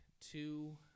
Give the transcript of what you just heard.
Two